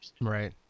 Right